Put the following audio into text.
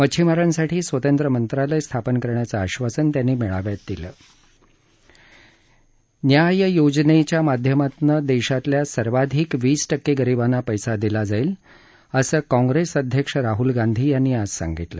मच्छीमारांसाठी स्वतंत्र मंत्रालय स्थापन करण्याचं आश्वासन त्यानी मेळाव्यात दिलं न्याय योजनेच्या माध्यमातनं देशातल्या सर्वाधिक वीस टक्के गरीबांना पैसा दिला जाईल असं काँप्रेस अध्यक्ष राहुल गांधी यांनी आज सांगितलं